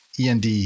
end